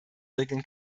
regeln